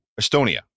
Estonia